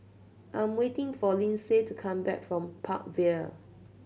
I'm waiting for Lindsey to come back from Park Vale